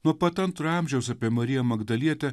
nuo pat antrojo amžiaus apie mariją magdalietę